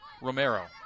Romero